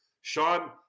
Sean